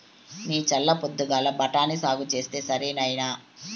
నీ చల్ల పొద్దుగాల బఠాని సాగు చేస్తే సరి నాయినా